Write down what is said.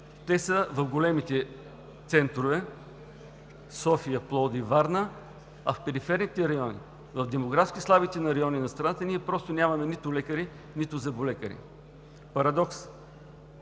Те са в големите центрове – София, Пловдив и Варна. А в периферните райони, в демографски слабите райони на страната ние просто нямаме нито лекари, нито зъболекари. Парадокс!